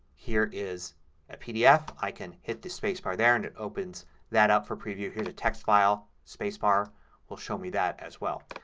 here is a pdf. i can hit the spacebar there and it opens that up for preview. here's a text file. the spacebar will show me that as well.